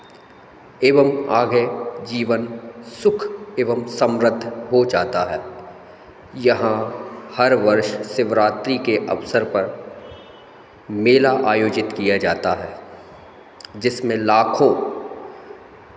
एवं आगे जीवन सुख एवं सम्रद्ध हो जाता है यहाँ हर वर्ष सिवरात्रि के अवसर पर मेला आयोजित किया जाता है जिसमें लाखों